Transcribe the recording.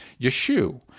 Yeshu